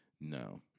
no